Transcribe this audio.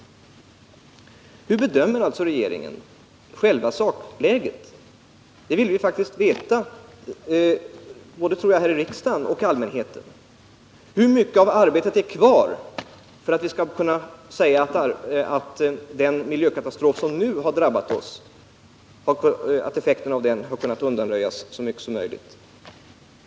Hur bedömer regeringen själva sakläget? Det vill vi faktiskt veta — jag tror det gäller både riksdagen och allmänheten. Hur mycket arbete återstår innan vi kan säga att effekterna av den miljökatastrof som nu har drabbat oss så långt som möjligt har kunnat undanröjas?